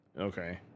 Okay